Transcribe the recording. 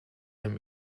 them